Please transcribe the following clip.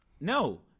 no